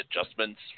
adjustments